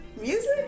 Music